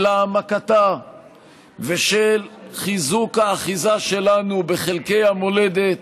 של העמקתה ושל חיזוק האחיזה שלנו בחלקי המולדת